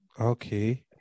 Okay